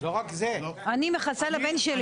אני מכסה לבן שלי.